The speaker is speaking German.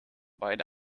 beide